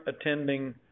attending